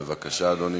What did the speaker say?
בבקשה, אדוני.